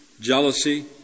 jealousy